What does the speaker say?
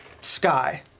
sky